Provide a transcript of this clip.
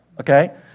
okay